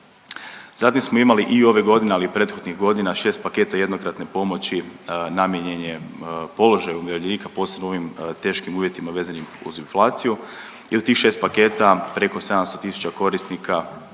Zatim smo imali i ove godine, ali i prethodnih godina, 6 paketa jednokratne pomoći namijenjene položaju umirovljenika, posebno u ovim teškim uvjetima vezanim uz inflaciju i u tih 6 paketa preko 700 tisuća korisnika